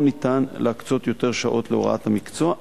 לא ניתן להקצות יותר שעות להוראת המקצוע.